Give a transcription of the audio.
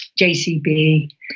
JCB